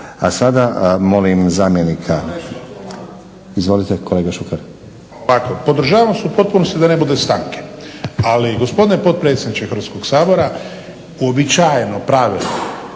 A sada molim zamjenika, izvolite kolega Šuker.